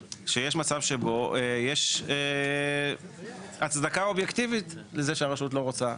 שבו יש הצדקה אובייקטיבית לזה שהרשות לא רוצה,